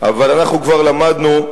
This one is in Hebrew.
אבל אנחנו כבר למדנו,